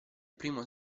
primo